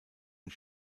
und